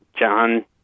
John